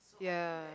ya